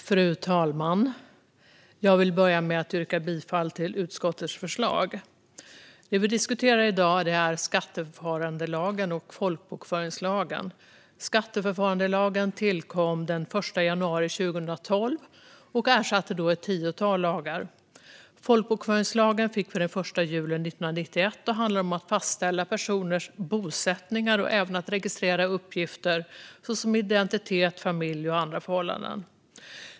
Fru talman! Jag vill börja med att yrka bifall till utskottets förslag. Det vi i diskuterar i dag är skatteförfarandelagen och folkbokföringslagen. Skatteförfarandelagen tillkom den 1 januari 2012 och ersatte då ett tiotal lagar. Folkbokföringslagen fick vi den 1 juli 1991. Den handlar om att fastställa personers bosättning och även att registrera uppgifter såsom identitet, familj och andra förhållanden.